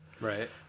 Right